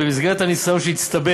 במסגרת הניסיון שהצטבר